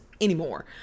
anymore